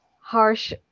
harsh